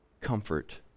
comfort